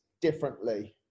differently